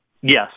Yes